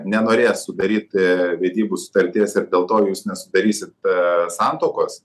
nenorės sudaryti vedybų sutarties ir dėl to jūs nesudarysit santuokos